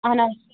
اہَن حظ